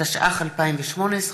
התשע"ח 2018,